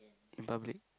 in public